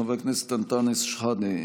חבר הכנסת אנטאנס שחאדה,